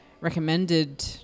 recommended